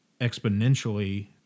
exponentially